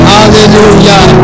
Hallelujah